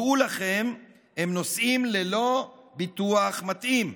דעו לכם, הם נוסעים ללא ביטוח מתאים.